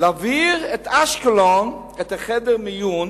להעביר את חדר המיון